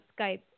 Skype